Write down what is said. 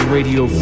Radio